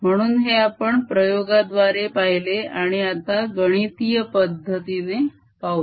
म्हणून हे आपण प्रयोगाद्वारे पहिले आणि आता गणितीय पद्धतीने पाहूया